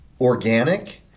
organic